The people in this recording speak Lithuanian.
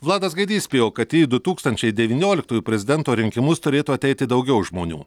vladas gaidys spėjo kad į du tūkstančiai devynioliktųjų prezidento rinkimus turėtų ateiti daugiau žmonių